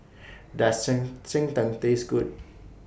Does Cheng Cheng Tng Taste Good